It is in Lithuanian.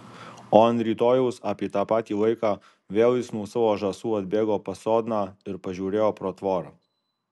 o ant rytojaus apie tą patį laiką vėl jis nuo savo žąsų atbėgo pas sodną ir pažiūrėjo pro tvorą